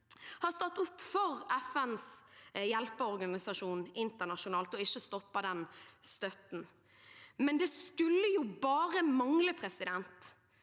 har stått opp for FNs hjelpeorganisasjon internasjonalt og ikke stopper støtten, men det skulle bare mangle. Både